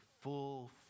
full